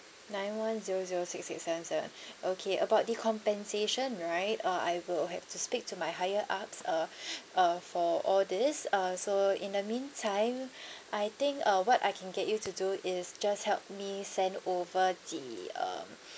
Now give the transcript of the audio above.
nine one zero zero six six seven seven okay about the compensation right uh I will have to speak to my higher ups uh uh for all these uh so in the meantime I think uh what I can get you to do is just help me send over the um